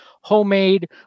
homemade